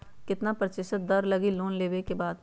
कितना प्रतिशत दर लगी लोन लेबे के बाद?